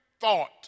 thought